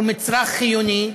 שהוא מצרך חיוני,